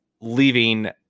leaving